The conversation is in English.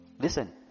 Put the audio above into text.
Listen